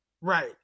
Right